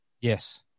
yes